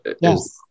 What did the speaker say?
Yes